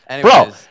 Bro